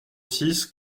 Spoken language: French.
six